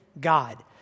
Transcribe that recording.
god